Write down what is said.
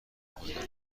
پایدار